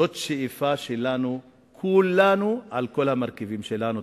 זו שאיפה של כולנו, על כל המרכיבים שלנו.